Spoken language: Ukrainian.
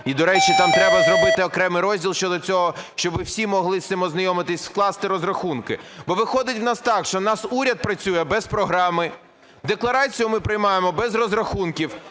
і, до речі, там треба зробити окремий розділ щодо цього, щоб всі могли з цим ознайомитися, скласти розрахунки. Бо виходить у нас так, що у нас уряд працює без програми, декларацію ми приймаємо без розрахунків.